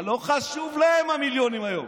אבל לא חשובים להם המיליונים היום.